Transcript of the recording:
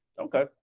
okay